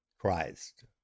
Christ